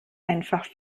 einfach